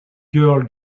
girl